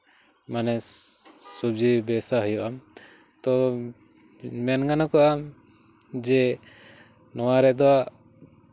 ᱢᱟᱱᱮ ᱥᱚᱵᱡᱤ ᱵᱮᱵᱥᱟ ᱦᱩᱭᱩᱜᱼᱟ ᱛᱚ ᱢᱮᱱ ᱜᱟᱱᱚᱠᱚᱜᱼᱟ ᱡᱮ ᱱᱚᱣᱟ ᱨᱮᱫᱚ